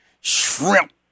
shrimp